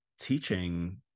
teaching